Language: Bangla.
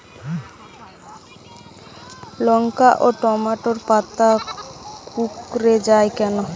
লঙ্কা ও টমেটোর পাতা কুঁকড়ে য়ায় কেন?